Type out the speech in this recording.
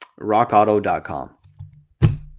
rockauto.com